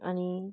अनि